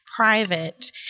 Private